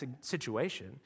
situation